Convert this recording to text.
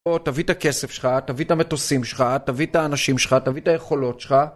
או תביא את הכסף שלך, תביא את המטוסים שלך, תביא את האנשים שלך, תביא את היכולות שלך